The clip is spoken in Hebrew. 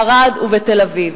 ערד ותל-אביב.